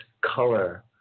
color